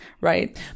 right